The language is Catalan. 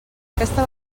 aquesta